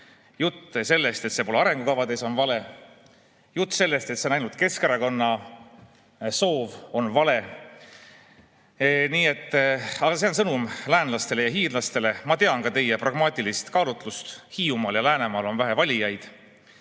Jutt sellest, et see pole arengukavades, on vale. Jutt sellest, et see on ainult Keskerakonna soov, on vale. Aga see on sõnum läänlastele ja hiidlastele. Ma tean teie pragmaatilist kaalutlust: Hiiumaal ja Läänemaal on vähe valijaid.